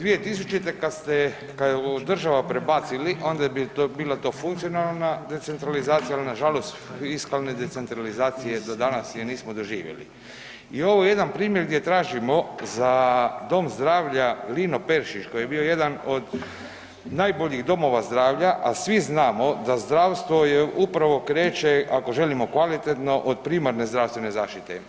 2000. kad ste kao država prebacili onda bi to bila to funkcionalna decentralizacija ali nažalost fiskalne decentralizacije do danas je nismo doživjeli i ovo je jedan primjer gdje tražimo za Dom zdravlja Lino Peršić koji je bio jedan od najboljih domova zdravlja, a svi znamo da zdravstvo je upravo kreće, ako želimo kvalitetno od primarne zdravstvene zaštite.